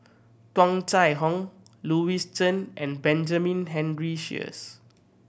Tung Chye Hong Louis Chen and Benjamin Henry Sheares